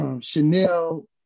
Chanel